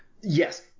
yes